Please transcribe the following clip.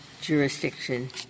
jurisdiction